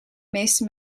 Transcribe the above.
meeste